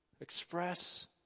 express